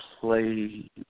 play